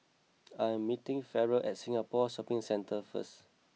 I am meeting Farrell at Singapore Shopping Centre first